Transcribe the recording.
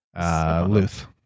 Luth